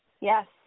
Yes